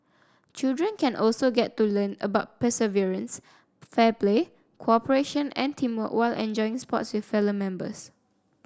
children can also get to learn about perseverance fair play cooperation and teamwork while enjoying sports with fellow members